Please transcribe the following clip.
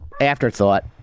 afterthought